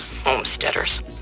Homesteaders